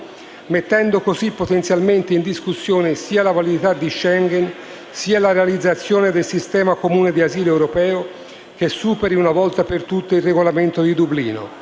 mettendo così potenzialmente in discussione sia la validità di Schengen, sia la realizzazione del sistema comune di asilo europeo che superi una volta per tutte il Regolamento di Dublino.